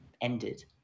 ended